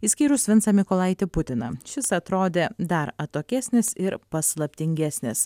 išskyrus vincą mykolaitį putiną šis atrodė dar atokesnis ir paslaptingesnis